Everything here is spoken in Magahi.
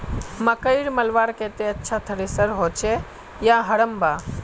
मकई मलवार केते अच्छा थरेसर होचे या हरम्बा?